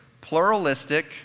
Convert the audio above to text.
pluralistic